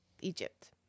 Egypt